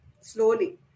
slowly